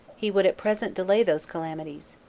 he would at present delay those calamities,